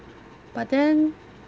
but then